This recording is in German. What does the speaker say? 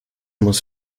muss